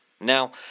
Now